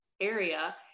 area